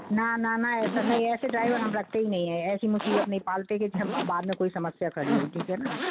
ना ना ना ऐसा नहीं है ऐसे ड्राइवर हम रखते ही नहीं है ऐसी मुसीबत नहीं पालते क्योंकि हम बाद में कोई समस्या खड़ी हो ठीक है ना